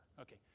okay